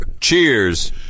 Cheers